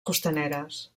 costaneres